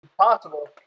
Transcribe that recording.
Possible